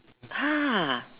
!huh!